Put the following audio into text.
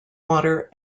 water